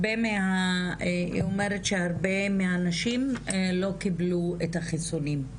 אומרת שהרבה מהאנשים לא קיבלו את החיסונים.